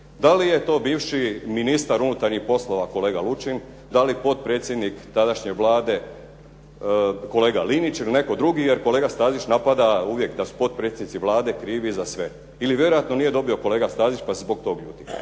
Da li je to bivši ministar unutarnjih poslova kolega Lučin, da i potpredsjednik tadašnje Vlade kolega Linić ili netko drugi? Jer kolega Stazić napada da su potpredsjednici Vlade krivi za sve. Ili vjerojatno nije dobio kolega Stazić pa se zbog toga ljuti.